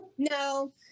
No